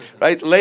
Right